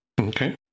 Okay